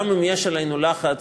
גם אם יש עלינו לחץ,